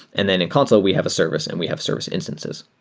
and then in consul, we have a service, and we have service instances.